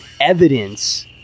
evidence